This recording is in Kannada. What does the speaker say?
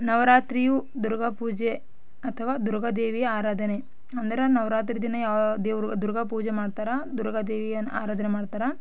ನವರಾತ್ರಿಯು ದುರ್ಗಾ ಪೂಜೆ ಅಥವಾ ದುರ್ಗಾ ದೇವಿಯ ಆರಾಧನೆ ಎಂದರೆ ನವರಾತ್ರಿ ದಿನ ಯಾವ ದೇವರು ದುರ್ಗಾ ಪೂಜೆ ಮಾಡ್ತಾರೆ ದುರ್ಗಾ ದೇವಿಯನ್ನು ಆರಾಧನೆ ಮಾಡ್ತಾರೆ